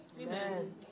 Amen